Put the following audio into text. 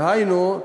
דהיינו,